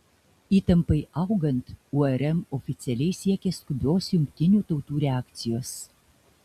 įtampai augant urm oficialiai siekia skubios jungtinių tautų reakcijos